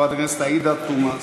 חברת הכנסת עאידה תומא סלימאן,